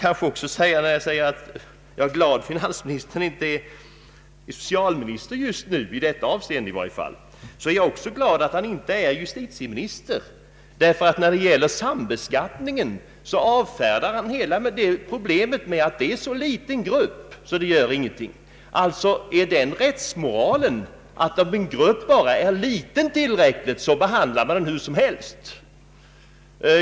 Liksom jag är glad över att finansministern just nu inte är socialminister är jag också glad över att han inte är justitieminister. Ty han avfärdar hela problemet med den faktiska sambeskattningen som alltjämt kommer att ske genom att säga att den drabbar en så liten grupp att det inte gör något. är detta hans rättsmoral, att om en grupp bara är tillräckligt liten så kan den behandlas hur som helst?